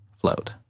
float